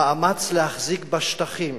המאמץ להחזיק בשטחים